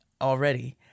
Already